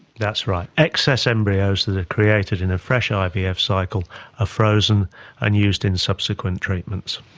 that's right. excess embryos that are created in a fresh ivf yeah ivf cycle are frozen and used in subsequent treatments.